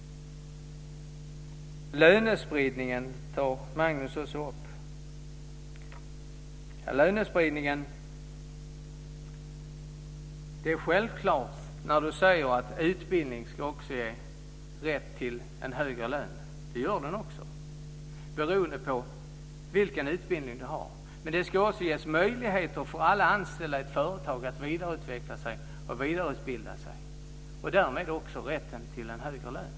Lönespridningen tar Magnus Jacobsson också upp. Det är självklart när han säger att utbildning också ska ge rätt till en högre lön. Det gör den också, beroende på vilken utbildning du har. Men det ska också ges möjligheter för alla anställda i ett företag att vidareutveckla sig och vidareutbilda sig, och därmed också ha rätten till en högre lön.